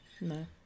no